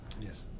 Yes